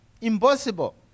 Impossible